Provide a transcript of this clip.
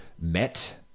met